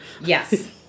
yes